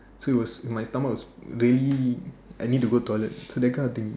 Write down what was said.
so it was my stomach was really I need to go toilet that kind of thing